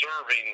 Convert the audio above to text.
serving